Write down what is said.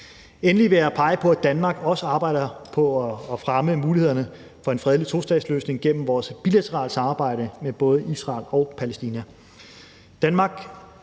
Endelig vil jeg pege på, at Danmark også arbejder på at fremme mulighederne for en fredelig tostatsløsning gennem vores bilaterale samarbejde med både Israel og Palæstina.